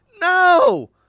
no